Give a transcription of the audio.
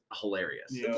hilarious